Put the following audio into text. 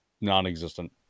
non-existent